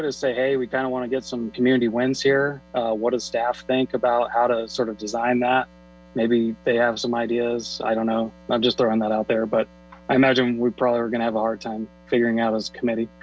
or say hey we kind of want to get some community wins here what does staff think about how to sort of design that maybe they have some ideas i don't know i'm just throwing that out there but i imagine we probably are going to have a hard time figuring out as committee